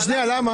למה?